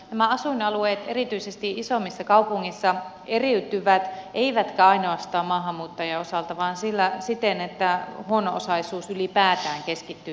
nämä asuinalueet erityisesti isommissa kaupungeissa eriytyvät eivätkä ainoastaan maahanmuuttajien osalta vaan siten että huono osaisuus ylipäätään keskittyy tietyille alueille